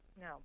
no